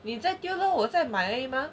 你再丢 lor 我再买而已吗